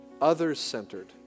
others-centered